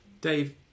Dave